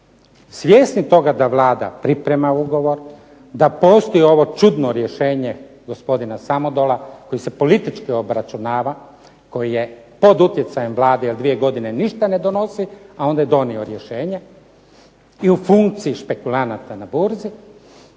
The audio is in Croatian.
Svjesni toga da Vlada priprema ugovor, da postoji ovo čudno rješenje gospodina Samodola koji se politički obračunava, koji je pod utjecajem Vlade jer dvije godine ništa ne donosi, a onda je donio rješenje i u funkciji špekulanata na burzi,